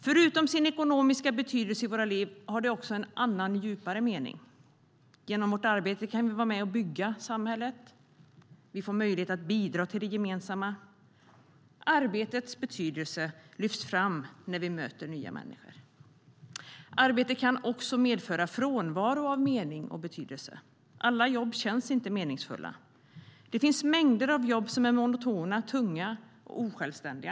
Förutom den ekonomiska betydelsen i våra liv har arbete också en annan, djupare mening. Genom vårt arbete kan vi vara med och bygga samhället, och vi får möjlighet att bidra till det gemensamma. Arbetets betydelse lyfts fram när vi möter nya människor. Arbetet kan också medföra frånvaro av mening och betydelse. Alla jobb känns inte meningsfulla. Det finns mängder av jobb som är monotona, tunga och osjälvständiga.